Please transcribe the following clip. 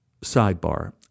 sidebar